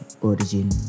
origin